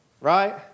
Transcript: right